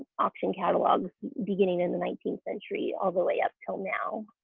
auction catalogs beginning in the nineteenth century all the way up till now.